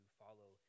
follow